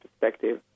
perspective